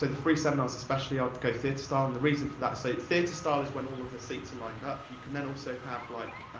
like the free seminars, especially, i'll go theatre style, and the reason for that, so, theatre style is when all of the seats are lined up, you can then also have, like,